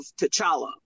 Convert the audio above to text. T'Challa